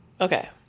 Okay